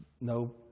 no